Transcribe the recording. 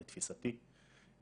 לתפיסתי,